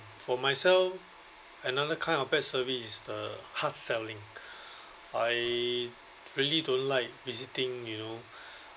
for myself another kind of bad service is the hard selling I really don't like visiting you know